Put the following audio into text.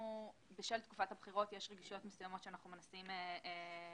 בשל תקופת הבחירות יש רגישויות מסוימות שאנחנו מנסים ליישב.